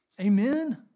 Amen